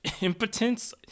Impotence